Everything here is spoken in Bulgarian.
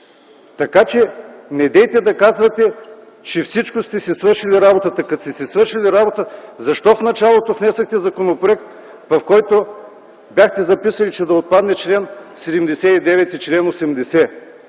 Така че недейте да казвате, че сте си свършили работата. Като сте си свършили работата защо в началото внесохте законопроект, в който бяхте записали да отпаднат чл. 79 и чл. 80?